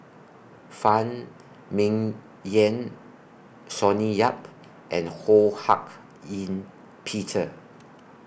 Phan Ming Yen Sonny Yap and Ho Hak Ean Peter